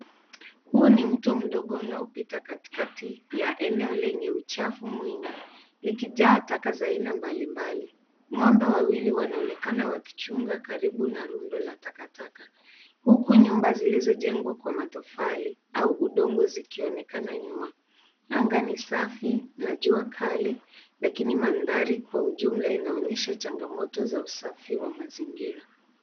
Huo ni mto mdogo unaopita katikati ya eneo lenye uchafu mwingi, likijaa takataka za aina mbalimbali. Ng'ombe wanaonekana wakichunga karibu na rundo la takataka, huku nyumba zilizojengwa kwa matofali au udongo zikionekana nyuma. Anga ni safi na jua kali, lakini mandhari kwa ujumla inaonyesha changamoto za usafi wa mazingira.